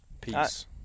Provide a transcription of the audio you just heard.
Peace